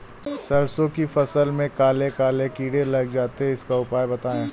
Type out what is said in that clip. सरसो की फसल में काले काले कीड़े लग जाते इसका उपाय बताएं?